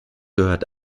gehört